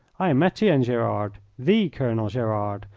i am etienne gerard, the colonel gerard,